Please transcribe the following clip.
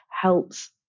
helps